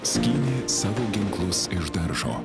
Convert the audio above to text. skynė savo ginklus iš daržo